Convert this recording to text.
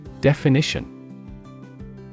Definition